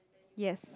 yes